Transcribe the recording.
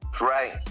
right